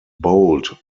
bold